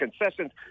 concessions